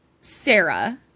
Sarah